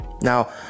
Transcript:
Now